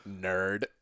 nerd